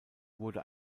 wurde